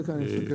הצ'אנס,